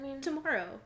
Tomorrow